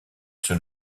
sur